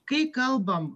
kai kalbam